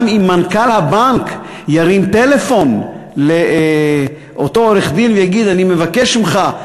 גם אם מנכ"ל הבנק ירים טלפון לאותו עורך-דין ויגיד: אני מבקש ממך,